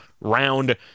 round